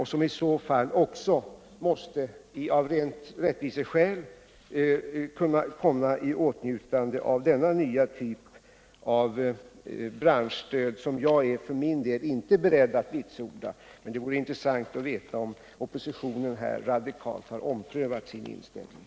Av rena rättviseskäl måste dessa i så fall kunna komma i åtnjutande av denna nya typ av branschstöd. Jag är för min del inte beredd att vitsorda ett sådant system, men det vore intressant att veta om oppositionen i det här fallet radikalt har omprövat sin inställning.